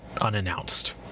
unannounced